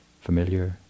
familiar